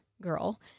girl